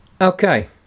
Okay